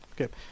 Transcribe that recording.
Okay